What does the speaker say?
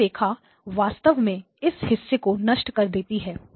नीली रेखा वास्तव में इस हिस्से को नष्ट कर देती है